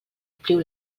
ompliu